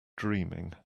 dreaming